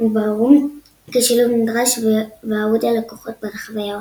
התבררו כשילוב נדרש ואהוד על לקוחות ברחבי העולם.